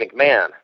McMahon